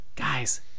Guys